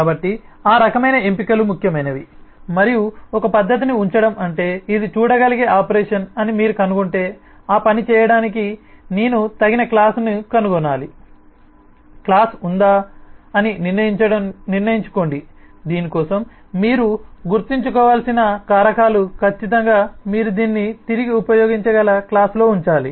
కాబట్టి ఆ రకమైన ఎంపికలు ముఖ్యమైనవి మరియు ఒక పద్ధతిని ఉంచడం అంటే ఇది చూడగలిగే ఆపరేషన్ అని మీరు కనుగొంటే ఆ పని చేయడానికి నేను తగిన క్లాస్ ని కనుగొనాలి క్లాస్ ఉందా అని నిర్ణయించుకోండి దీని కోసం మీరు గుర్తుంచుకోవలసిన కారకాలు ఖచ్చితంగా మీరు దీన్ని తిరిగి ఉపయోగించగల క్లాస్ లో ఉంచాలి